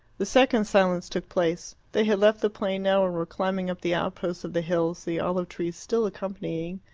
the second silence took place. they had left the plain now and were climbing up the outposts of the hills, the olive-trees still accompanying.